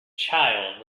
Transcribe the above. child